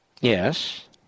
Yes